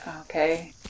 Okay